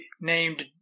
named